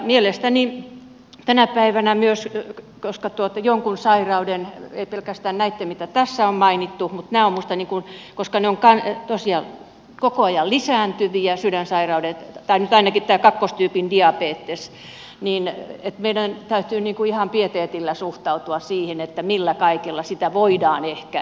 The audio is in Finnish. mielestäni tänä päivänä myös jonkun sairauden osalta ei pelkästään näitten mitä tässä on mainittu koska ne ovat koko ajan lisääntyviä sydänsairaudet tai nyt ainakin tämä kakkostyypin diabetes meidän täytyy ihan pieteetillä suhtautua siihen millä kaikella sitä voidaan ehkäistä